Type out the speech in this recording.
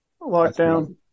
Lockdown